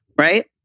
right